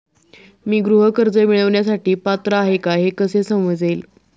मी गृह कर्ज मिळवण्यासाठी पात्र आहे का हे कसे समजेल?